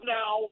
now